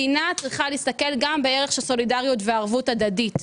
מדינה צריכה להסתכל גם בערך של סולידריות וערבות הדדית.